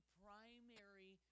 primary